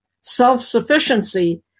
self-sufficiency